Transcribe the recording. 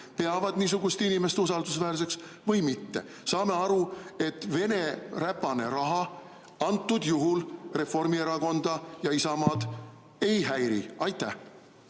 peavad niisugust inimest usaldusväärseks või mitte. Saame aru, et Vene räpane raha antud juhul Reformierakonda ja Isamaad ei häiri. Jah,